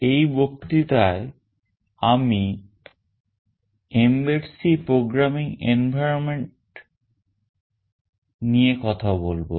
এই বক্তৃতায় আমি mbed C Programming Environment নিয়ে কথা বলবো